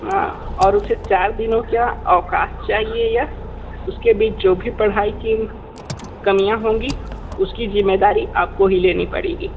हाँ और उसे चार दिनों क्या अवकाश चाहिए यह उसके बीच जो भी पढ़ाई की कमियाँ होंगी उसकी ज़िम्मेदारी आप को ही लेनी पड़ेगी